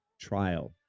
trial